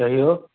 कहियौ